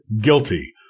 guilty